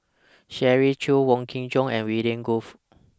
Shirley Chew Wong Kin Jong and William Goode